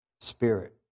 spirit